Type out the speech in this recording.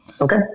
Okay